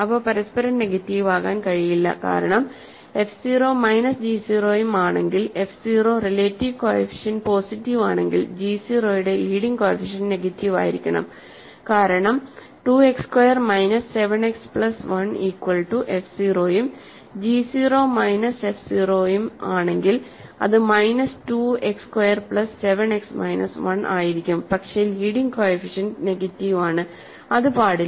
അവ പരസ്പരം നെഗറ്റീവ് ആകാൻ കഴിയില്ല കാരണം f 0 മൈനസ് g 0 ഉം ആണെങ്കിൽ f 0 റിലേറ്റീവ് കോഎഫിഷ്യന്റ് പോസിറ്റീവ് ആണെങ്കിൽ g 0 ന്റെ ലീഡിങ് കോഎഫിഷ്യന്റ് നെഗറ്റീവ് ആയിരിക്കണം കാരണം 2 X square minus 7 x plus 1 equal to f 0 ഉം ജി 0 മൈനസ് എഫ് 0 ഉം ആണെങ്കിൽ അത് minus 2 x square plus 7 x minus 1 ആയിരിക്കും പക്ഷേ ലീഡിങ് കോഎഫിഷ്യന്റ് നെഗറ്റീവ് ആണ് അത് പാടില്ല